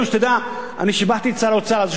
אני שיבחתי את שר האוצר על זה שהוא בכלל מטפל בסוגיה.